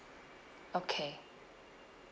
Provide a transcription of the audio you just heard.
okay